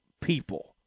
people